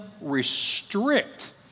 restrict